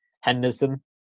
Henderson